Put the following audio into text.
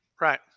Right